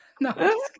No